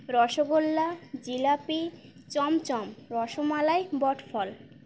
রসগোল্লা জিলাপি চমচম রসমালাই বটফল